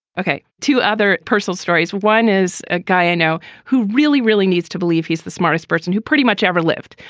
ok. to other personal stories, one is a guy i know who really, really needs to believe he's the smartest person who pretty much ever lived,